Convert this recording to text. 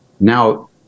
now